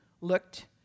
looked